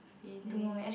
feeling